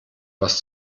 was